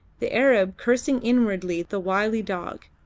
the arab cursing inwardly the wily dog,